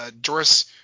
Joris